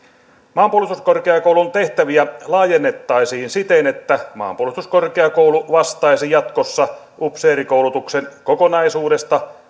maanpuolustuskorkeakoulun tehtäviä laajennettaisiin siten että maanpuolustuskorkeakoulu vastaisi jatkossa upseerikoulutuksen kokonaisuudesta